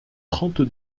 trente